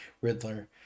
riddler